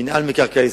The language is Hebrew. מינהל מקרקעי ישראל,